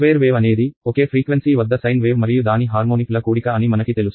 square wave అనేది ఒకే frequency వద్ద సైన్ వేవ్ మరియు దాని హార్మోనిక్ ల కూడిక అని మనకి తెలుసు